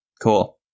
Cool